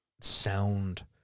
sound